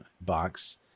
box